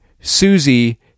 Susie